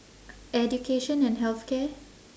education and healthcare